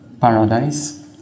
paradise